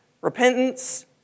repentance